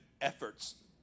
efforts